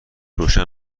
روشن